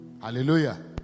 Hallelujah